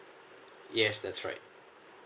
yes that's right